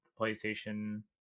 PlayStation